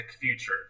future